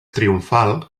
triomfal